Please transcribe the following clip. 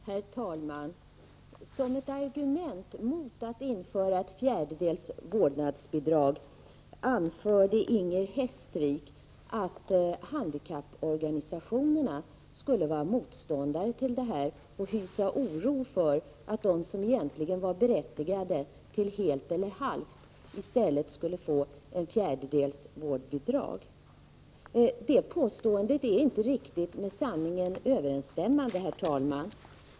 Herr talman! Som ett argument mot att införa ett fjärdedels vårdbidrag anförde Inger Hestvik att handikapporganisationerna skulle vara motståndare till detta och hysa oro för att de som egentligen var berättigade till helt eller halvt i stället skulle få ett fjärdedels vårdbidrag. Detta påstående är inte riktigt med sanningen överensstämmande, herr talman.